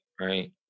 right